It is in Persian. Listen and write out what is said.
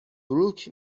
بروک